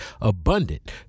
abundant